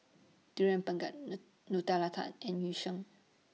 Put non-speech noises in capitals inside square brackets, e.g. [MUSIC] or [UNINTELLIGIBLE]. Durian Pengat [UNINTELLIGIBLE] Nutella Tart and Yu Sheng